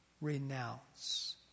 renounce